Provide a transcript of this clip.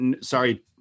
Sorry